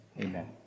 Amen